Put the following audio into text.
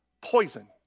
poison